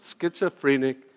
Schizophrenic